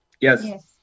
Yes